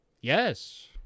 Yes